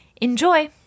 Enjoy